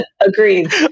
Agreed